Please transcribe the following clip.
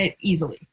easily